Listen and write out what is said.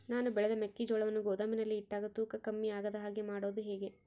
ನಾನು ಬೆಳೆದ ಮೆಕ್ಕಿಜೋಳವನ್ನು ಗೋದಾಮಿನಲ್ಲಿ ಇಟ್ಟಾಗ ತೂಕ ಕಮ್ಮಿ ಆಗದ ಹಾಗೆ ಮಾಡೋದು ಹೇಗೆ?